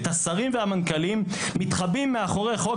את השרים והמנכ"לים מתחבאים מאחורי חוק